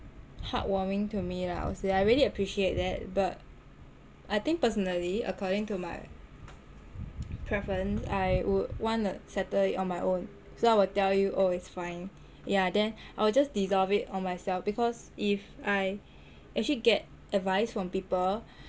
heartwarming to me lah I will say I really appreciate that but I think personally according to my preference I would want to settle it on my own so I will tell you oh it's fine yah then I will just dissolve it on myself because if I actually get advice from people